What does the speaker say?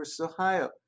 Ohio